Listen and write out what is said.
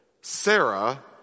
Sarah